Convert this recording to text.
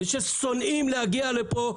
וששונאים להגיע לפה,